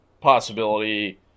possibility